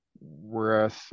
whereas